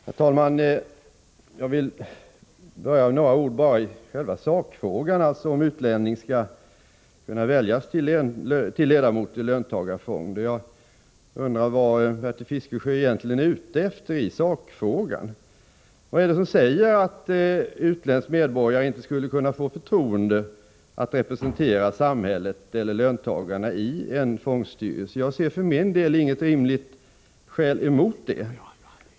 Herr talman! Jag vill börja med några ord i själva sakfrågan, alltså om utlänning skall kunna väljas till ledamot i löntagarfond. Jag undrar vad Bertil Fiskesjö egentligen är ute efter i sakfrågan. Vad är det som säger att en utländsk medborgare inte skulle kunna få förtroendet att representera samhället eller löntagarna i en fondstyrelse? Jag ser för min del inget rimligt skäl emot det.